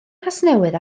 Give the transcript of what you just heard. nghasnewydd